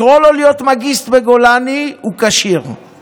לקרוא לו להיות מאגיסט בגולני הוא כשיר,